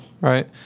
Right